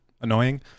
annoying